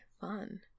fun